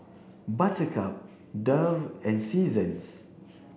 Buttercup Dove and Seasons